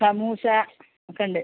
സമോസ ഒക്കെ ഉണ്ട്